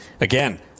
Again